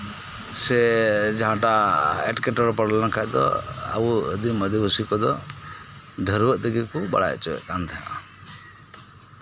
ᱥᱮ ᱡᱟᱦᱟᱸᱴᱟᱜ ᱮᱴᱠᱮᱴᱚᱬᱮ ᱵᱚᱞᱚ ᱞᱮᱱᱠᱷᱟᱱ ᱫᱚ ᱟᱫᱤᱢ ᱟᱫᱤᱵᱟᱥᱤ ᱠᱚᱫᱚ ᱰᱷᱟᱹᱨᱣᱟᱹᱜ ᱛᱮᱜᱮ ᱠᱚ ᱵᱟᱲᱟᱭ ᱦᱚᱪᱚ ᱠᱟᱱ ᱛᱟᱦᱮᱸᱫᱼᱟ